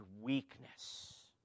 weakness